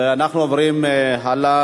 ואנחנו עוברים הלאה.